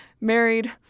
married